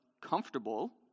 comfortable